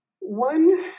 one